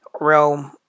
realm